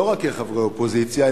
לא רק כחברי אופוזיציה,